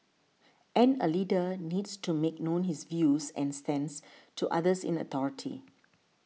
and a leader needs to make known his views and stance to others in authority